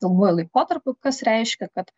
ilguoju laikotarpiu kas reiškia kad